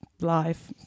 life